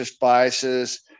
biases